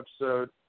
episode